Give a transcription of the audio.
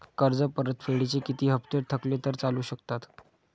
कर्ज परतफेडीचे किती हप्ते थकले तर चालू शकतात?